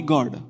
God